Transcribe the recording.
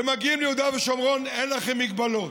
כשמגיעים ליהודה ושומרון אין לכם מגבלות.